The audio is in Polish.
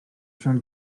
się